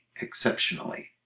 exceptionally